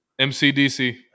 MCDC